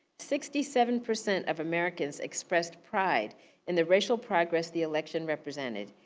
sixty seven percent of americans expressed pride in the racial progress the election represented,